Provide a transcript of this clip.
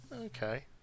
Okay